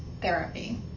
therapy